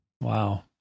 Wow